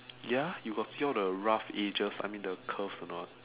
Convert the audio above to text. ya you got peel all the rough edges I mean the curve or not